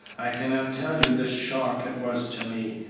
i cannot tell you the shock it was to me.